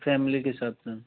family के साथ sir